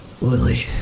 Lily